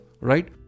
Right